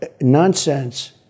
nonsense